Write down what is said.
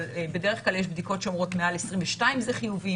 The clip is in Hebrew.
אבל בדרך כלל יש בדיקות שאומרות מעל 22 זה חיובי,